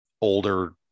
older